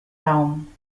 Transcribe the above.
raum